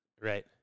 Right